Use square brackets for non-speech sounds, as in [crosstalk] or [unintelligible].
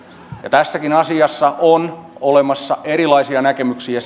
tässäkin asiassa on olemassa erilaisia näkemyksiä [unintelligible]